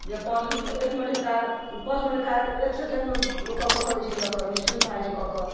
जे पाँच मिनटके काज एक मिनटके काज पाँच मिनटके काज एक सकेण्डमे ओ कऽ के धऽ दै छै लोक निश्चिन्त भऽ जाइ छै कऽ के